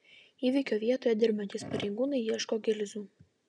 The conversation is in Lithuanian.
įvykio vietoje dirbantys pareigūnai ieško gilzių